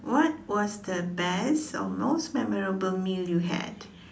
what was the best or most memorable meal you had